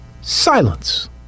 silence